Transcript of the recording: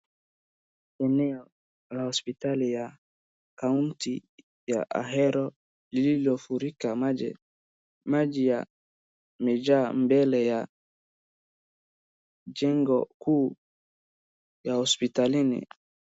Eneo la hopsitali ya kaunti ya Ahero lililofurika maji maji yamejaa mbele ya jengo kuu ya hospitalini.